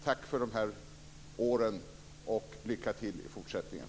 Tack för de här åren, och lycka till i fortsättningen.